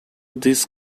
this